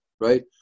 Right